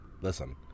listen